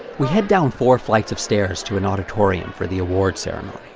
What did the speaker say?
we head down four flights of stairs to an auditorium for the awards ceremony.